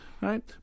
Right